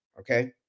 okay